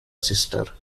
sister